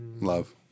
Love